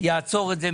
ושיעצור את זה,